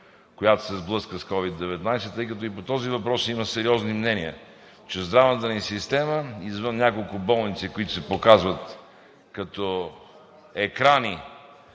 която се сблъска с COVID-19, тъй като и по този въпрос има сериозни мнения, че здравната ни система, извън няколко болници, които се показват като екрани